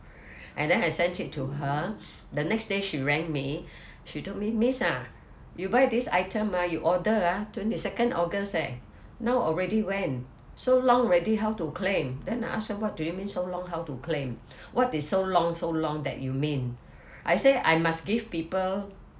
and then I sent it to her the next day she rang me she told me miss ah you buy these item ah you order ah twenty second august eh now already when so long already how to claim then I ask her what do you mean so long how to claim what did so long so long that you mean I say I must give people